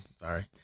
sorry